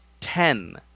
ten